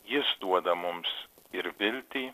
jis duoda mums ir viltį